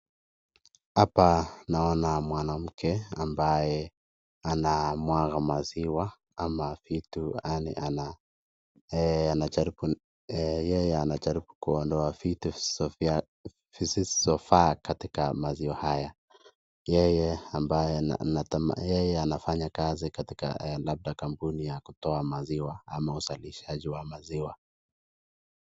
Hapa naona mwanamke ambaye anamwaga maziwa, ama vitu anajaribu, yeye anajaribu kuondoa vitu vizizofaa katika maziwa haya. Yeye ambaye ana yeye anafanya kazi katika labda kampuni ya kutoa maziwa ama uzalishaji wa maziwa.